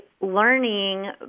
learning